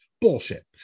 Bullshit